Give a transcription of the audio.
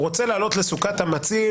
הוא רוצה לעלות לסוכת המציל,